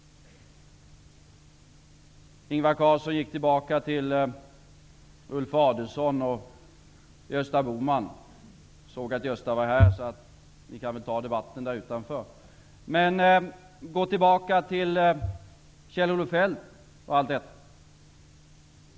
Gösta Bohman. Jag såg att Gösta var här, så ni kan väl ta debatten där utanför. Men gå tillbaka till Kjell-Olof Feldt!